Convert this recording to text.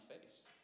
face